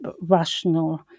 rational